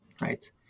right